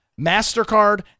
MasterCard